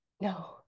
No